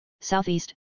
southeast